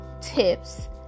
tips